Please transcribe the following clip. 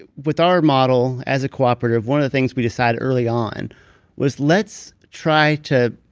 ah with our model as a cooperative, one of the things we decided early on was, let's try to.